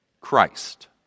Christ